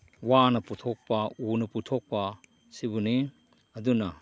ꯋꯥꯅ ꯄꯨꯊꯣꯛꯄ ꯎꯅ ꯄꯨꯊꯣꯛꯄ ꯁꯤꯕꯨꯅꯤ ꯑꯗꯨꯅ